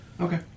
Okay